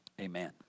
amen